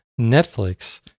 Netflix